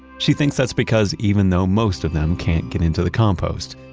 she thinks that's because even though most of them can't get into the compost,